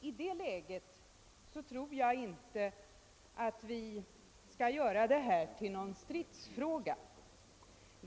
I det läget tror jag inte att vi skall göra detta till någon stridsfråga.